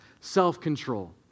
self-control